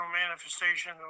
manifestation